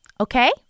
Okay